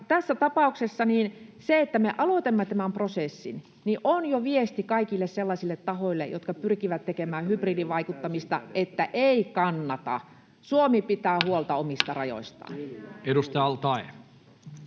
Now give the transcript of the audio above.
Tässä tapauksessa se, että me aloitamme tämän prosessin, on jo viesti kaikille sellaisille tahoille, jotka pyrkivät tekemään hybridivaikuttamista, että ei kannata, Suomi pitää huolta omista rajoistaan. Edustaja al-Taee.